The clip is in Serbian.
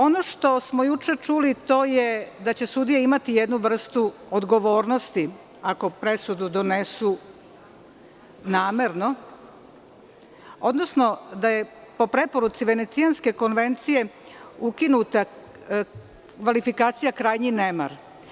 Ono što smo juče čuli, to je da će sudije imati jednu vrstu odgovornosti ako presudu donesu namerno, odnosno da je po preporuci Venecijanske konvencije ukinuta kvalifikacija krajnji nemar.